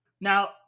Now